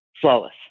flawless